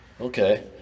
okay